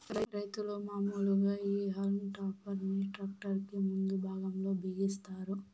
రైతులు మాములుగా ఈ హల్మ్ టాపర్ ని ట్రాక్టర్ కి ముందు భాగం లో బిగిస్తారు